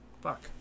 Fuck